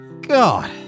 God